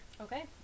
okay